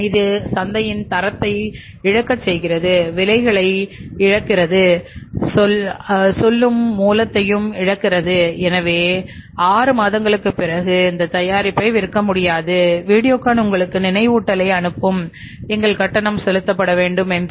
இது தரத்தை இழக்கிறது விலைகளை இழக்கிறது சொல்லும் மூலத்தையும் இழக்கிறது எனவே 6 மாதங்களுக்குப் பிறகு அந்த தயாரிப்பை விற்க முடியாது வீடியோகான் உங்களுக்கு நினைவூட்டலை அனுப்பும் எங்கள் கட்டணம் செலுத்தப்பட வேண்டும் என்று